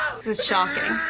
ah this is shocking.